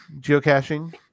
geocaching